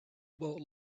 about